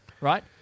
right